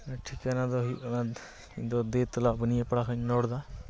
ᱴᱷᱤᱠᱟᱱᱟ ᱫᱚ ᱦᱩᱭᱩᱜ ᱠᱟᱱᱟ ᱫᱚ ᱫᱮᱛᱚᱞᱟ ᱵᱩᱱᱤᱭᱟᱹ ᱯᱟᱲᱟ ᱠᱷᱚᱱᱤᱧ ᱨᱚᱲᱮᱫᱟ